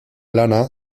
lana